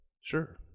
Sure